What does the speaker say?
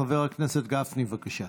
חבר הכנסת גפני, בבקשה.